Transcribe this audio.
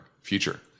future